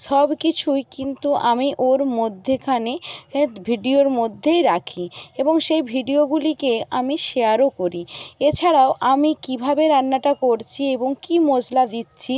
সব কিছুই কিন্তু আমি ওর মধ্যেখানেই ভিডিওর মধ্যেই রাখি এবং সেই ভিডিওগুলিকে আমি শেয়ারও করি এছাড়াও আমি কীভাবে রান্নাটা করছি এবং কি মশলা দিচ্ছি